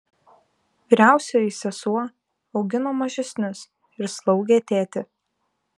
vyriausioji sesuo augino mažesnius ir slaugė tėtį